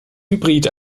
hybrid